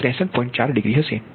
4 degree હશે